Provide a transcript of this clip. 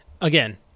Again